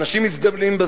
אנשים מזדמנים.